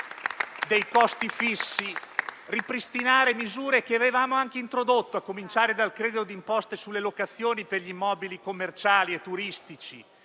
dei costi fissi, ripristinare misure che avevamo anche introdotto, a cominciare dal credito di imposta sulle locazioni per gli immobili commerciali e turistici.